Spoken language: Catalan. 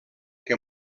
que